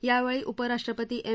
यावेळी उपराष्ट्रपती एम